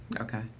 Okay